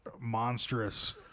monstrous